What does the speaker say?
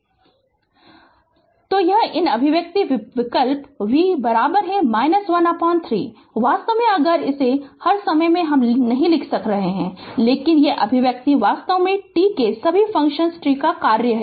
Refer Slide Time 1946 तो यह इन अभिव्यक्ति विकल्प v 1 3 है वास्तव में अगर इसे हम हर समय मैं नहीं लिख रहे है लेकिन ये अभिव्यक्ति वास्तव में t के सभी फ़ंक्शन t का कार्य है